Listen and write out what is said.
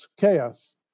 chaos